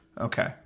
Okay